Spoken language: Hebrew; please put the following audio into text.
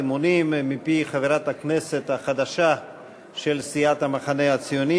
אמונים מפי חברת הכנסת החדשה של סיעת המחנה הציוני,